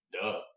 Duh